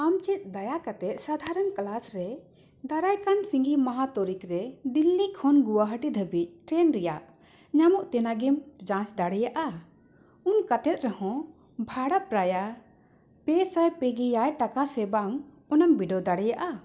ᱟᱢ ᱪᱮᱫ ᱫᱟᱭᱟ ᱠᱟᱛᱮᱫ ᱥᱟᱫᱷᱟᱨᱚᱱ ᱠᱞᱟᱥ ᱨᱮ ᱫᱟᱨᱟᱭ ᱠᱟᱱ ᱥᱤᱸᱜᱮ ᱢᱟᱦᱟ ᱛᱟᱹᱨᱤᱠᱷ ᱨᱮ ᱫᱤᱞᱞᱤ ᱠᱷᱚᱱ ᱜᱩᱣᱟᱦᱟᱦᱟᱹᱴᱤ ᱫᱷᱟᱹᱵᱤᱡ ᱴᱨᱮᱹᱱ ᱨᱮᱭᱟᱜ ᱧᱟᱢᱚᱜ ᱛᱮᱱᱟᱜ ᱮᱢ ᱡᱟᱪ ᱫᱟᱲᱮᱭᱟᱜᱼᱟ ᱩᱢ ᱠᱟᱛᱮᱫ ᱨᱮᱦᱚᱸ ᱵᱷᱟᱲᱟ ᱯᱨᱟᱭᱟ ᱯᱮ ᱥᱟᱭ ᱯᱮ ᱜᱮ ᱮᱭᱟᱭ ᱴᱟᱠᱟ ᱥᱮ ᱵᱟᱝ ᱚᱱᱟᱢ ᱵᱤᱰᱟᱹᱣ ᱫᱟᱲᱮᱭᱟᱜᱼᱟ